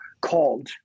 called